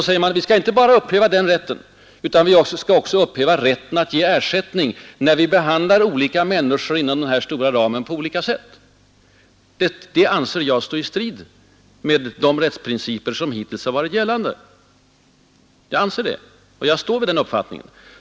Men vi skall inte bara upphäva den rätten, säger man, utan vi skall också upphäva rätten till ersättning när vi behandlar olika människor inom denna stora ram på olika sätt. Detta anser jag står i strid med de rättsprinciper som hittills har gällt. Den uppfattningen står jag fast vid.